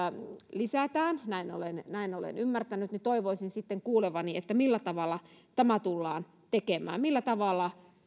lisätään näin olen ymmärtänyt toivoisin sitten kuulevani millä tavalla tämä tullaan tekemään millä tavalla